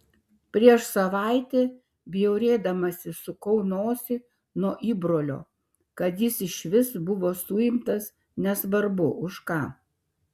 prieš savaitę bjaurėdamasi sukau nosį nuo įbrolio kad jis išvis buvo suimtas nesvarbu už ką